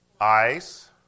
ice